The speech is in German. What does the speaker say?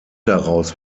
daraus